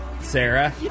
Sarah